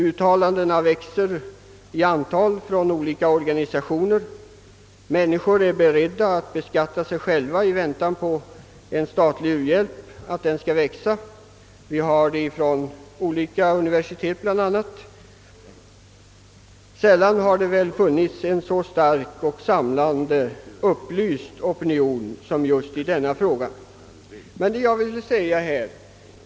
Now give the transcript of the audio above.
Uttalandena växer i antal från olika organisationer. Människor är beredda att beskatta sig själva i väntan på att den statliga u-hjälpen skall växa. Vi har bl.a. sett detta vid olika universitet. Sällan har det väl funnits en så stark och samlande, upplyst opinion som just i denna fråga.